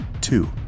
Two